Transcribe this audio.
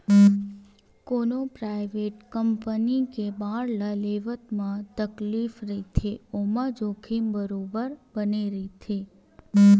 कोनो private company के bond ल लेवब म तकलीफ रहिथे ओमा जोखिम बरोबर बने रथे